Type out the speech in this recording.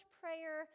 prayer